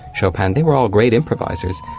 chopin, they were all great improvisers.